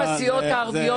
גם הסיעות הערביות.